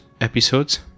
episodes